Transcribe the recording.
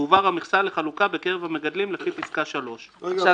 תועבר המכסה לחלוקה בקרב המגדלים לפי פסקה (3);" רגע,